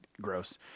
Gross